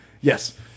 Yes